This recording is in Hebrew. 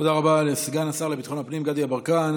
תודה רבה לסגן השר לביטחון הפנים גדי יברקן.